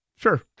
Sure